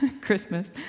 Christmas